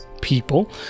people